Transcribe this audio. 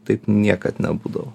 taip niekad nebūdavo